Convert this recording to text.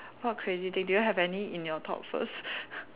what crazy things do you have any in your thoughts first